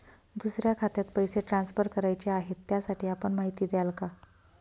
दुसऱ्या खात्यात पैसे ट्रान्सफर करायचे आहेत, त्यासाठी आपण माहिती द्याल का?